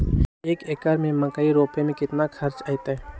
एक एकर में मकई रोपे में कितना खर्च अतै?